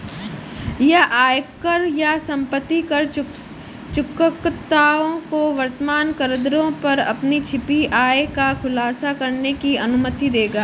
यह आयकर या संपत्ति कर चूककर्ताओं को वर्तमान करदरों पर अपनी छिपी आय का खुलासा करने की अनुमति देगा